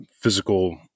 physical